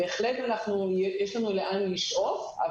בהחלט יש לנו לאן לשאוף,